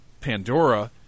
Pandora